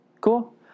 Cool